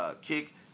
kick